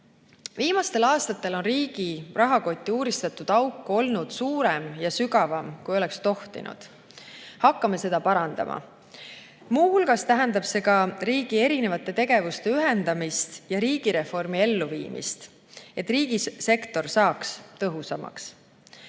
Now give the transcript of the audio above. Viimastel aastatel riigi rahakotti uuristatud auk on suurem ja sügavam, kui oleks tohtinud. Hakkame seda parandama. Muu hulgas tähendab see ka riigi erinevate tegevuste ühendamist ja riigireformi elluviimist, et riigisektor saaks tõhusamaks.